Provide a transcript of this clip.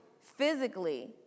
physically